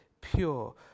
pure